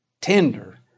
tender